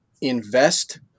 Invest